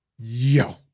Yo